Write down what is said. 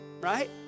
right